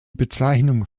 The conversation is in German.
bezeichnung